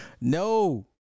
No